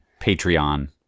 Patreon